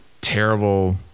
terrible